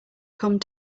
come